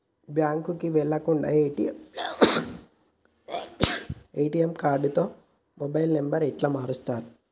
బ్యాంకుకి వెళ్లకుండా ఎ.టి.ఎమ్ కార్డుతో మొబైల్ నంబర్ ఎట్ల మారుస్తరు?